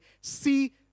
see